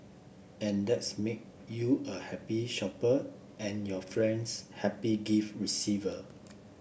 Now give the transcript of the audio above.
and that's make you a happy shopper and your friends happy gift receiver